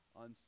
on